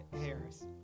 Harris